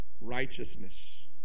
righteousness